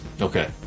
Okay